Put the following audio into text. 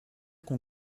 qu’on